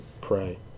Pray